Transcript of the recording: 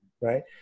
Right